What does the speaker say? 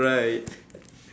right